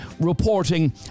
reporting